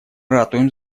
ратуем